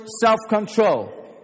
self-control